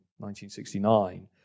1969